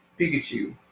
Pikachu